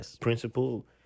principle